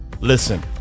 Listen